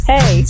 Hey